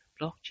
blockchain